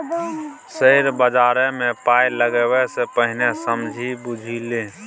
share बजारमे पाय लगेबा सँ पहिने समझि बुझि ले